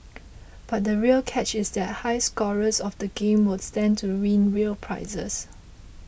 but the real catch is that high scorers of the game will stand to win real prizes